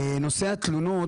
נושא התלונות,